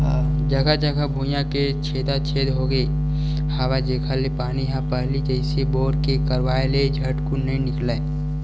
जघा जघा भुइयां के छेदा छेद होगे हवय जेखर ले पानी ह पहिली जइसे बोर के करवाय ले झटकुन नइ निकलय